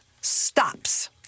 stops